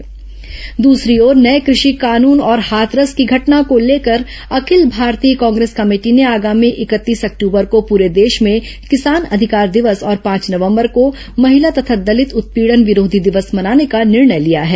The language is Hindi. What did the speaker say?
कृषि कानून कांग्रे स दूसरी ओर नये कृषि कानून और हाथरस की घटना को लेकर अखिल भारतीय कांग्रेस कमेटी ने आगामी इकतीस अक्टूबर को पूरे देश में किसान अधिकार दिवस और पांच नवंबर को महिला तथा दलित उत्पीडन विरोधी दिवस मनाने का निर्णय लिया है